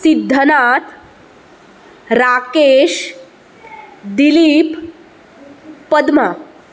Siddhnath Rakesh Dilip Padma